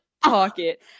pocket